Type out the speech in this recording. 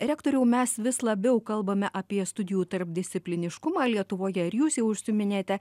rektoriau mes vis labiau kalbame apie studijų tarpdiscipliniškumą lietuvoje ir jūs jau užsiminėte